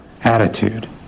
attitude